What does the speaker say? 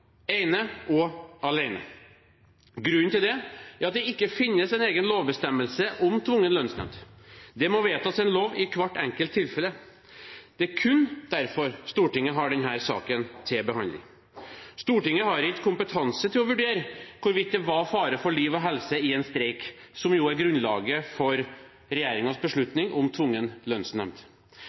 ene og alene. Grunnen til det er at det ikke finnes en egen lovbestemmelse om tvungen lønnsnemnd. Det må vedtas en lov i hvert enkelt tilfelle. Det er kun derfor Stortinget har denne saken til behandling. Stortinget har ikke kompetanse til å vurdere hvorvidt det var fare for liv og helse i en streik, som jo er grunnlaget for regjeringens beslutning om tvungen lønnsnemnd.